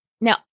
Now